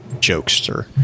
jokester